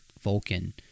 Vulcan